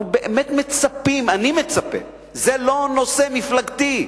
אנחנו באמת מצפים, אני מצפה, זה לא נושא מפלגתי,